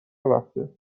رفته